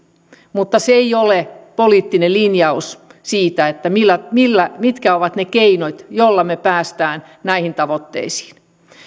mutta se ei ole poliittinen linjaus siitä mitkä ovat ne keinot joilla me pääsemme näihin tavoitteisiin